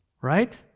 right